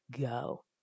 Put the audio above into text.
go